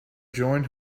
join